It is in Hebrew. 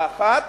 האחת,